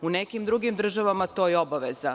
U nekim drugim državama to je obaveza.